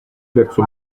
verso